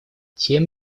тем